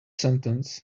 sentence